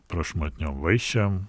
prašmatniom vaišėm